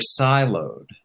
siloed